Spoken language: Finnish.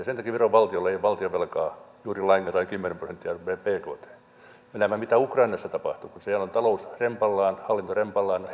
sen takia viron valtiolla ei ole valtionvelkaa juuri lainkaan tai kymmenen prosenttia bktstä me näemme mitä ukrainassa tapahtuu kun siellä on talous rempallaan hallinto rempallaan